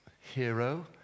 hero